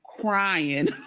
crying